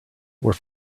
were